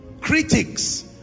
Critics